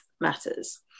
matters